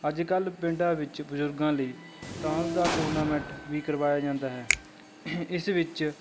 ਅੱਜ ਕੱਲ੍ਹ ਪਿੰਡਾਂ ਵਿੱਚ ਬਜ਼ੁਰਗਾਂ ਲਈ ਤਾਸ਼ ਦਾ ਟੂਰਨਾਮੈਂਟ ਵੀ ਕਰਵਾਇਆ ਜਾਂਦਾ ਹੈ ਇਸ ਵਿੱਚ